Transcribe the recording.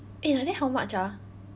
eh like that how much ah